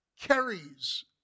carries